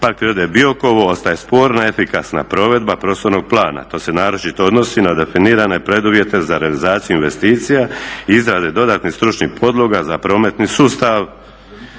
Parka prirode Biokovo ostaje sporna efikasna provedba prostornog plana. To se naročito odnosi na definirane preduvjete za realizaciju investicija i izrade dodatnih stručnih podloga za prometni sustav